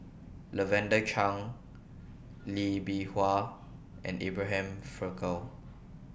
Lavender Chang Lee Bee Wah and Abraham Frankel